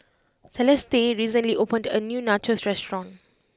Celeste recently opened a new Nachos restaurant